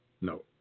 no